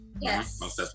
Yes